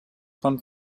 von